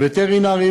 הווטרינרים,